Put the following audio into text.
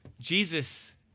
Jesus